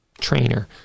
trainer